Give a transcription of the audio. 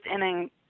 inning